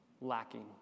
lacking